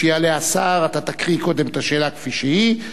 כשיעלה השר אתה תקריא קודם את השאלה כפי שהיא,